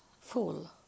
full